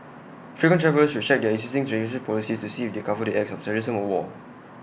frequent travellers should check their existing insurance policies to see if they cover acts of terrorism or war